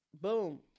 Boom